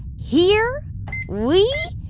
here we